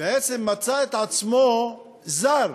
בעצם מצא את עצמו זר.